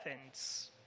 Athens